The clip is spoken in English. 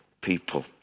people